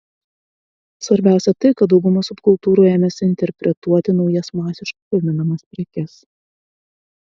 svarbiausia tai kad dauguma subkultūrų ėmėsi interpretuoti naujas masiškai gaminamas prekes